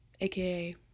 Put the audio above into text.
aka